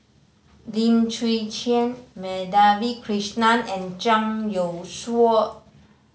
Lim Chwee Chian Madhavi Krishnan and Zhang Youshuo